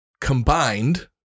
combined